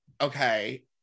Okay